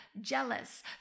jealous